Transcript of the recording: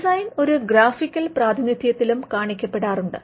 design ഒരു graphical പ്രാധിനിത്യത്തിലും കാണിക്കപ്പെടാറുണ്ട്